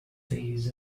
these